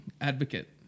advocate